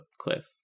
cliff